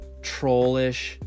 trollish